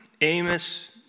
Amos